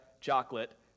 chocolate